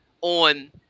on